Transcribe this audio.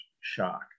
shock